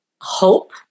hope